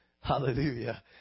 Hallelujah